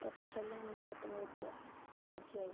ప్రపంచంలో ఉన్న ఉత్తమ ఉద్య ఉపాధ్యాయలు